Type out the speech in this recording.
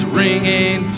ringing